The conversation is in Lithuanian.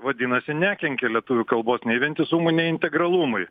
vadinasi nekenkia lietuvių kalbos vientisumui nei integralumui